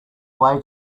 way